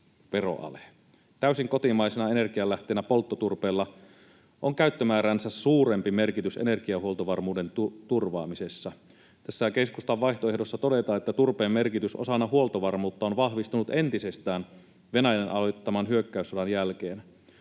Täysin kotimaisena energianlähteenä polttoturpeella on käyttömääräänsä suurempi merkitys energiahuoltovarmuuden turvaamisessa. Tässä keskustan vaihtoehdossa todetaan, että turpeen merkitys osana huoltovarmuutta on vahvistunut entisestään Venäjän aloittaman hyökkäyssodan jälkeen,